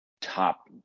top